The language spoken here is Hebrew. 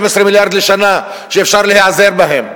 12 מיליארד לשנה שאפשר להיעזר בהם.